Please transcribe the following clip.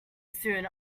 soon